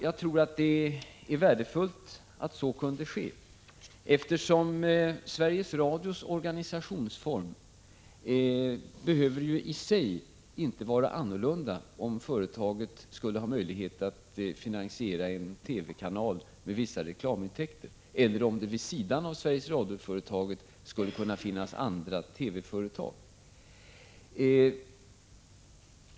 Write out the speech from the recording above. Jag tror att det är värdefullt att så kunde ske, eftersom Sveriges Radios organisationsform i sig inte behöver vara annorlunda om företaget skulle ha möjlighet att finansiera en TV-kanal med vissa reklamintäkter eller om det vid sidan av Sveriges Radio-företaget skulle kunna finnas andra TV-företag.